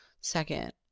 second